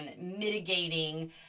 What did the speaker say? mitigating